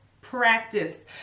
practice